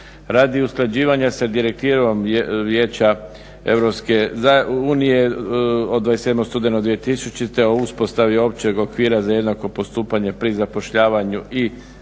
Radi usklađivanja sa direktivom vijeća EU od 27. studenog 2000. o uspostavi općeg okvira za jednako postupanje pri zapošljavanju i